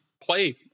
play